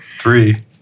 Three